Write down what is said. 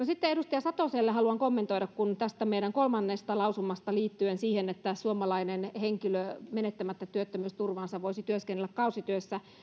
sitten edustaja satoselle haluan kommentoida tästä meidän kolmannesta lausumastamme liittyen siihen että suomalainen henkilö menettämättä työttömyysturvaansa voisi työskennellä kausityössä